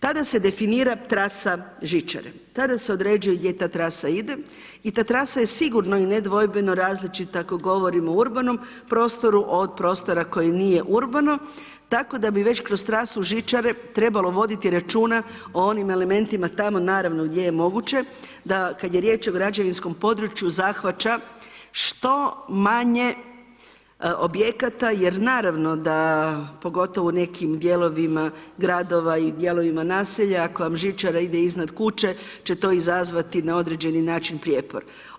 Tada se definira trasa žičare, tada se određuje gdje ta trasa ide, i ta trasa je sigurno i nedvojbeno različita ako govorimo o urbanom prostoru od prostora koji nije urbano tako da bi već kroz trasu žičare trebalo voditi računa o onim elementima tamo naravno gdje je moguće da kad je riječ o građevinskom području, zahvaća što manje objekata jer naravno da pogotovo u nekim dijelovima gradova i dijelovima naselja ako vam žičara ide iznad kuće će to izazvati na određeni način prijepor.